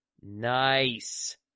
Nice